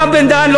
הרב בן-דהן,